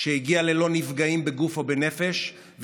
שהגיעה ללא נפגעים בגוף או בנפש,